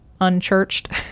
unchurched